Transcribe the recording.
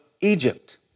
Egypt